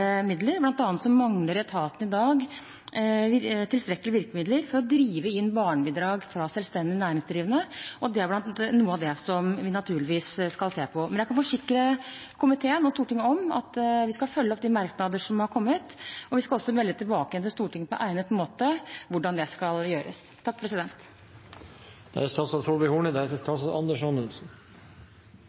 midler, bl.a. mangler etaten i dag tilstrekkelig virkemidler for å drive inn barnebidrag fra selvstendig næringsdrivende. Det er noe av det vi naturligvis skal se på. Men jeg kan forsikre komiteen og Stortinget om at vi skal følge opp de merknadene som er kommet. Vi skal også melde tilbake igjen til Stortinget på egnet måte hvordan det skal gjøres. Jeg regner med at representanten Kolberg er